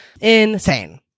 Insane